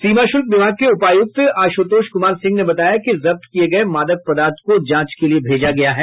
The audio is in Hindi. सीमा शुल्क विभाग के उपायुक्त आशुतोष कुमार सिंह ने बताया कि जब्त किये गये मादक पदार्थ को जांच के लिये भेजा गया है